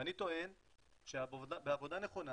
ואני טוען שבעבודה נכונה,